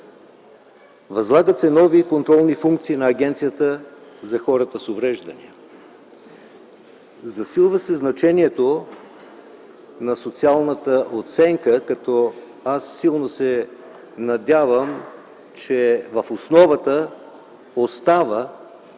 възлагат се нови контролни функции на Агенцията за хората с увреждания, засилва се значението на социалната оценка, като силно се надявам, че в основата ще остане